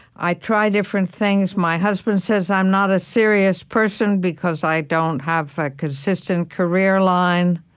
i try different things. my husband says i'm not a serious person, because i don't have a consistent career line.